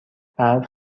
برف